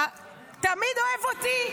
"השם יתברך תמיד אוהב אותי,